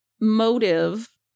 motive